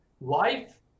Life